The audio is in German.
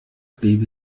baby